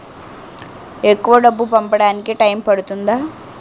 ఎక్కువ డబ్బు పంపడానికి టైం పడుతుందా?